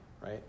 right